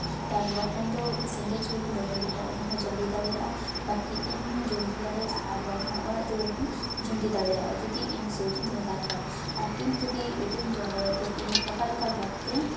ᱛᱟᱨᱵᱟᱠᱷᱟᱱ ᱫᱚ ᱥᱮᱸᱜᱮᱞ ᱥᱩᱨ ᱨᱤᱧ ᱫᱚᱦᱚᱭ ᱞᱮᱠᱷᱟᱱ ᱚᱱᱟ ᱦᱚᱸ ᱡᱩᱸᱰᱤ ᱫᱟᱲᱮᱭᱟᱜᱼᱟ ᱵᱟ ᱠᱤ ᱤᱧᱦᱩᱧ ᱡᱩᱸᱰᱤ ᱫᱟᱲᱮᱭᱟᱜᱼᱟ ᱟᱨ ᱵᱟᱝᱠᱷᱟᱱ ᱚᱲᱟᱜ ᱫᱩᱣᱟᱹᱨ ᱦᱚᱸ ᱡᱩᱸᱰᱤ ᱫᱟᱲᱮᱭᱟᱜᱼᱟ ᱡᱩᱫᱤ ᱤᱧ ᱥᱩᱨ ᱨᱤᱧ ᱫᱚᱦᱚ ᱠᱟᱜ ᱠᱷᱟᱱ ᱟᱨ ᱤᱧ ᱡᱩᱫᱤ ᱩᱛᱩᱧ ᱪᱚᱸᱫᱟᱭᱟ ᱛᱚ ᱤᱧ ᱚᱠᱟᱞᱮᱠᱟ ᱵᱷᱟᱵᱽᱛᱮ